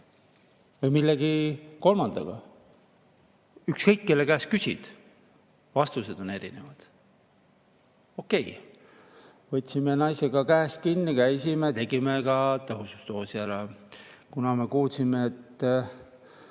või millegi kolmandaga? Ükskõik, kelle käest küsida, vastused on erinevad. Okei, võtsime naisega käest kinni, käisime ja tegime ka tõhususdoosi ära. Me olime kuulnud, et